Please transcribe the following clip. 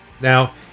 Now